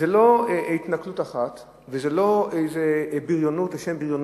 זו לא התנכלות אחת וזו לא איזו בריונות לשם בריונות,